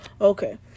Okay